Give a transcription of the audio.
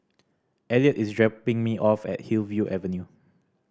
Elliot is dropping me off at Hillview Avenue